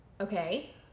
Okay